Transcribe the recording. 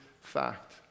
fact